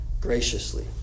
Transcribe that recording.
graciously